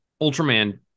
ultraman